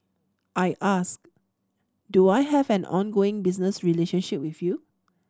I asked do I have an ongoing business relationship with you